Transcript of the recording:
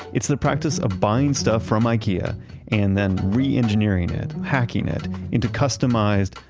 it's the practice of buying stuff from ikea and then re-engineering it, hacking it into customized,